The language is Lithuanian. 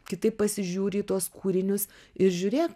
kitaip pasižiūri į tuos kūrinius ir žiūrėk